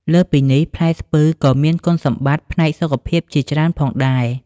លើសពីនេះ ផ្លែស្ពឺក៏មានគុណសម្បត្តិផ្នែកសុខភាពជាច្រើនផងដែរ។